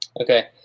Okay